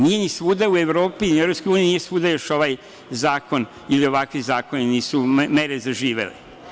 Nije svuda u Evropi, ni u EU još ovaj zakon ili ovakvi zakoni nisu mere zaživele.